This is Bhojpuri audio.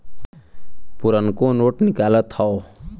पुरनको नोट निकालत हौ